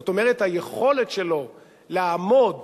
זאת אומרת, היכולת שלו לעמוד